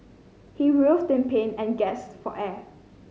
he writhed in pain and gasped for air